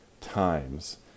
times